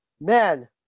man